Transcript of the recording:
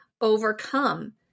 overcome